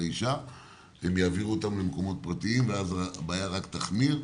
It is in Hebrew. הם יעבירו אותם למקומות פרטיים ואז הבעיה רק תחמיר.